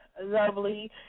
Lovely